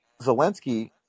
Zelensky